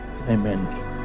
Amen